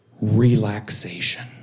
Relaxation